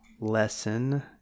lesson